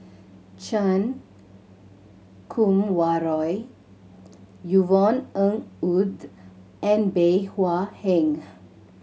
Chan Kum Wah Roy Yvonne Ng Uhde and Bey Hua Heng